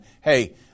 hey